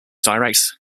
direct